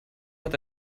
hat